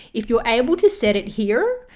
if you're able to set it here,